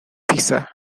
pisa